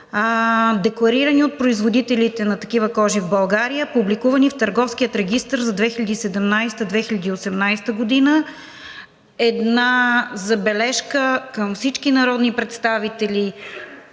декларирани от производителите на такива кожи в България, публикувани в Търговския регистър за 2017-а и 2018 г. Една забележка към всички народни представители